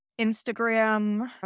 Instagram